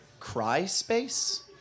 Cryspace